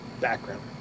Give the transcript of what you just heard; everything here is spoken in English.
background